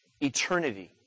eternity